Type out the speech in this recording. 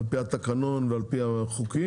על פי התקנון ועל פי החוקים,